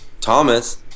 Thomas